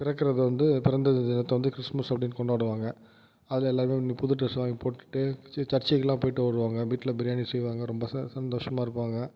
பிறக்கிறது வந்து பிறந்த தினத்தை வந்து கிறிஸ்மஸ் அப்படினு கொண்டாடுவாங்க அதில் எல்லோருமே வந்து புது டிரஸ் வாங்கி போட்டுக்கிட்டு சர்ச்சுக்குலாம் போயிட்டு வருவாங்க வீட்டில் பிரியாணி செய்வாங்க ரொம்ப ச சந்தோஷமாக இருப்பாங்க